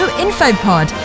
infopod